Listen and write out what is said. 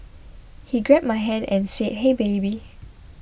he grabbed my hand and said hey baby